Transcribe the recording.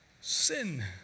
Sin